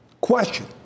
Question